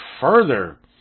further